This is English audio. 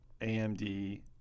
AMD